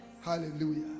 Hallelujah